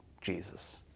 Jesus